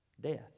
death